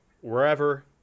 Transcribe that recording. wherever